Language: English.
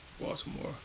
Baltimore